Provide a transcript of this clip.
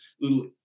little